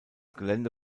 gelände